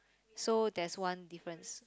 so there's one difference